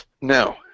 No